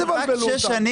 אז אנחנו מבקשים רק שש שנים